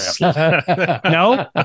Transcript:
no